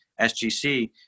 SGC